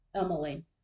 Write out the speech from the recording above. Emily